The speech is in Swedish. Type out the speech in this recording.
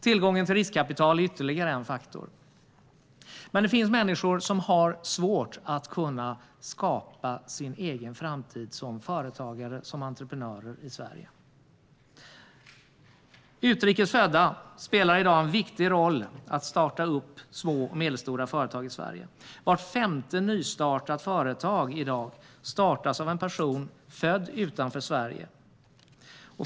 Tillgången till riskkapital är ytterligare en faktor. Det finns människor som har svårt att skapa sin egen framtid som företagare och entreprenörer i Sverige. Utrikes födda spelar i dag en viktig roll när det gäller att starta små och medelstora företag i Sverige. Vart femte nystartat företag startas i dag av en person född utanför Sverige.